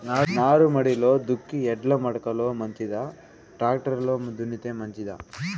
నారుమడిలో దుక్కి ఎడ్ల మడక లో మంచిదా, టాక్టర్ లో దున్నితే మంచిదా?